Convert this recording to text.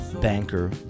Banker